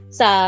sa